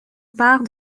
part